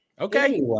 Okay